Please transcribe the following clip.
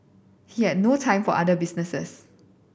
he had no time for other businesses